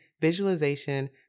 visualization